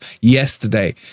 yesterday